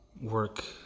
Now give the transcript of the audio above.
work